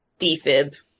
defib